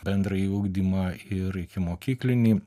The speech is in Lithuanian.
bendrąjį ugdymą ir ikimokyklinį